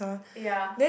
ya